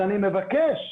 אני מבקש,